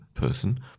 person